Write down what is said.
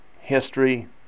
history